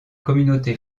communauté